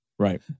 Right